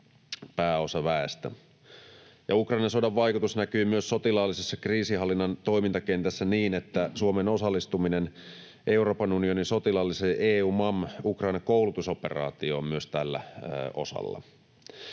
pääosa väestä. Ja Ukrainan sodan vaikutus näkyy myös sotilaallisen kriisinhallinnan toimintakentässä niin, että Suomen osallistuminen Euroopan unionin sotilaalliseen EUMAM Ukraine -koulutusoperaatioon on myös tällä osalla.